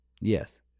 Yes